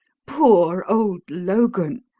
poor old logan!